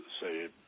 say